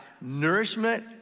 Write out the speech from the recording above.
nourishment